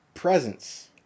Presence